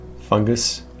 fungus